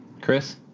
Chris